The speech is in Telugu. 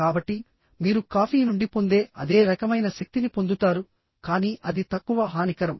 కాబట్టి మీరు కాఫీ నుండి పొందే అదే రకమైన శక్తిని పొందుతారు కానీ అది తక్కువ హానికరం